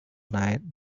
night